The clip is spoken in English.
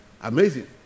Amazing